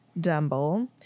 Dumble